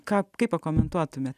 ką kaip pakomentuotumėte